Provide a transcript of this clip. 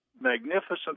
magnificent